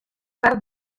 part